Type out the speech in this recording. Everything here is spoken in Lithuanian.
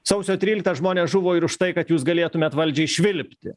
sausio tryliktą žmonės žuvo ir už tai kad jūs galėtumėt valdžiai švilpti